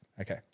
Okay